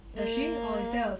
mm